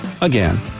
Again